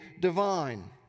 divine